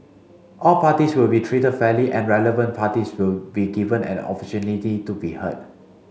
all parties will be treated fairly and relevant parties will be given an opportunity to be heard